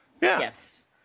Yes